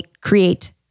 create